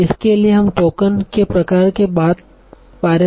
इसके लिए हम टोकन के प्रकार के बारे में बात करेंगे